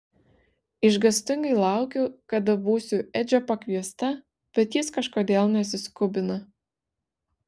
išgąstingai laukiu kada būsiu edžio pakviesta bet jis kažkodėl nesiskubina